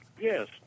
Yes